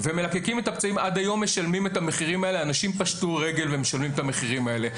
ומלקקים את הפצעים עד היום ומשלמים את המחירים האלה,